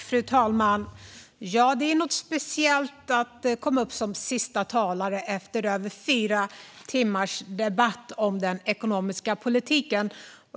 Fru talman! Det är något speciellt att komma upp som sista talare efter över fyra timmars debatt om den ekonomiska politiken.